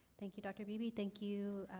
thank you, dr. beebe. thank you,